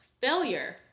failure